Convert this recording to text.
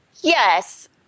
Yes